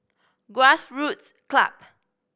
Grassroots Club